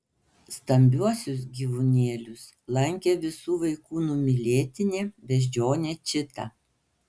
stambiuosius gyvūnėlius lankė visų vaikų numylėtinė beždžionė čita